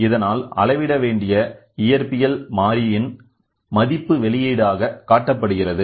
இதனால் அளவிட வேண்டிய இயற்பியல் மாறியின் மதிப்பு வெளியீடாக காட்டப்படுகிறது